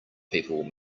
people